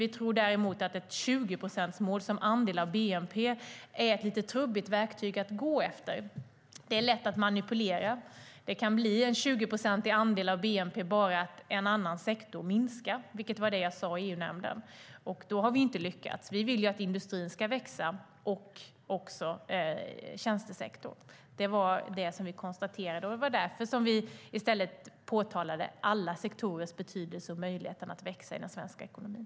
Vi tror däremot att ett 20-procentsmål som andel av bnp är ett lite trubbigt verktyg att använda. Det är lätt att manipulera. Det kan bli en 20-procentig andel av bnp bara att en annan minskar, vilket var vad jag sade i EU-nämnden, och då har vi inte lyckats. Vi vill ju att industrin ska växa och också att tjänstesektorn ska göra det. Det var det som vi konstaterade, och det var därför som vi i stället påpekade alla sektorers betydelse och möjlighet att växa i den svenska ekonomin.